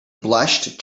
blushed